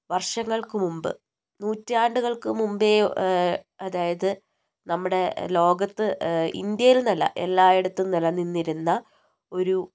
വർഷങ്ങൾക്ക് മുൻപ് നൂറ്റാണ്ടുകൾക്ക് മുൻപേ അതായത് നമ്മുടെ ലോകത്ത് ഇന്ത്യയിൽന്ന് അല്ല എല്ലായിടത്തും നിലനിന്നിരുന്ന ഒരു